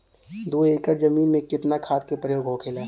दो एकड़ जमीन में कितना खाद के प्रयोग होखेला?